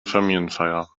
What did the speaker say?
familienfeier